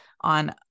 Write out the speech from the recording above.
on